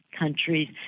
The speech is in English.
countries